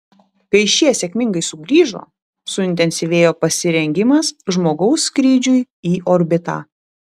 kai šie sėkmingai sugrįžo suintensyvėjo pasirengimas žmogaus skrydžiui į orbitą